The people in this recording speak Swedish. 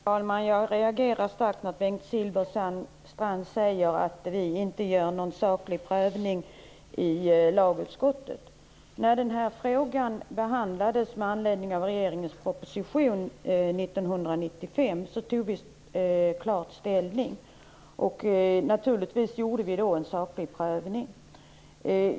Herr talman! Jag reagerar starkt när Bengt Silfverstrand säger att lagutskottet inte gör någon saklig prövning. När frågan behandlades med anledning av regeringens proposition år 1995 tog vi klart ställning, och naturligtvis gjorde vi då en saklig prövning.